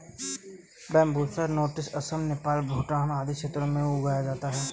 Bambusa nutans Assam, Nepal, Bhutan आदि क्षेत्रों में उगाए जाते है